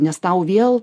nes tau vėl